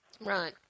Right